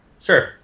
Sure